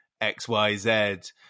XYZ